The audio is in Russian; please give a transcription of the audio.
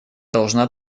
должна